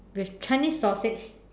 with Chinese sausage